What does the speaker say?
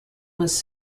was